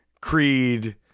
Creed